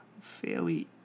fairly